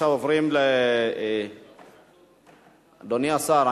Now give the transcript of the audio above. אדוני השר,